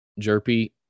Jerpy